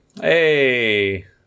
hey